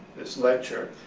this lecture,